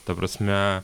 ta prasme